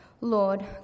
Lord